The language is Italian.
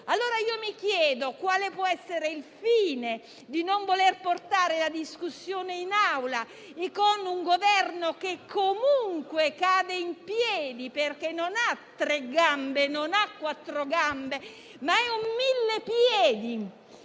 allora quale possa essere il fine di non voler portare la discussione in Assemblea, con un Governo che comunque cade in piedi perché non ha tre o quattro gambe, ma è un millepiedi.